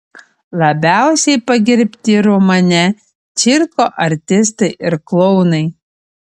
labiausiai pagerbti romane cirko artistai ir klounai